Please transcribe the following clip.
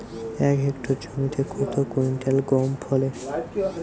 এক হেক্টর জমিতে কত কুইন্টাল গম ফলে?